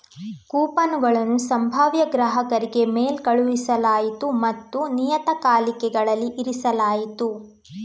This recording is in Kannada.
ಕೂಪನುಗಳನ್ನು ಸಂಭಾವ್ಯ ಗ್ರಾಹಕರಿಗೆ ಮೇಲ್ ಕಳುಹಿಸಲಾಯಿತು ಮತ್ತು ನಿಯತಕಾಲಿಕೆಗಳಲ್ಲಿ ಇರಿಸಲಾಯಿತು